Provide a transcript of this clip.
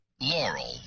Laurel